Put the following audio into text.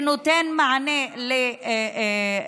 שנותן מענה למשפחות,